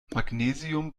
magnesium